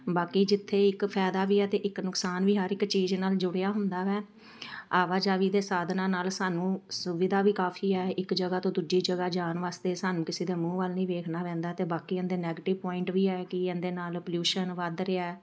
ਬਾਕੀ ਜਿੱਥੇ ਇੱਕ ਫਾਇਦਾ ਵੀ ਆ ਅਤੇ ਇੱਕ ਨੁਕਸਾਨ ਵੀ ਹਰ ਇੱਕ ਚੀਜ਼ ਨਾਲ ਜੁੜਿਆ ਹੁੰਦਾ ਵੈ ਆਵਾਜਾਈ ਦੇ ਸਾਧਨਾਂ ਨਾਲ ਸਾਨੂੰ ਸੁਵਿਧਾ ਵੀ ਕਾਫੀ ਹੈ ਇੱਕ ਜਗ੍ਹਾ ਤੋਂ ਦੂਜੀ ਜਗ੍ਹਾ ਜਾਣ ਵਾਸਤੇ ਸਾਨੂੰ ਕਿਸੇ ਦੇ ਮੂੰਹ ਵੱਲ ਨਹੀਂ ਵੇਖਣਾ ਪੈਂਦਾ ਅਤੇ ਬਾਕੀ ਇਨਦੇ ਨੈਗਟਿਵ ਪੁਆਇੰਟ ਵੀ ਹੈ ਕਿ ਇਨਦੇ ਨਾਲ ਪਲਿਊਸ਼ਨ ਵੱਧ ਰਿਹਾ